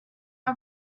our